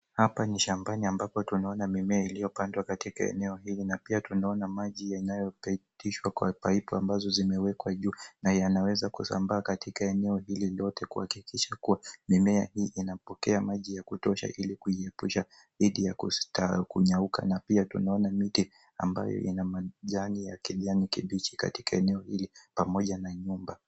Hapa ni shambani ambapo tunaona mimea iliyopandwa katika eneo hili na pia tunaona maji yanayopitishwa kwa pipu ambazo zimewekwa juu, na yanaweza kusambaa katika eneo hili lote kuhakikisha kuwa mimea hii inapokea maji ya kutosha ili kuiyepusha dhidi ya kunyauka na pia tunaona miti ambayo ina majani ya kijani kibichi katika eneo hili pamoja na nyumba.